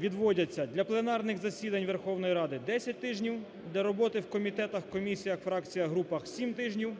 відводяться для пленарних засідань Верховної Ради 10 тижнів, для роботи в комітетах, комісіях, фракціях, групах – 7 тижнів,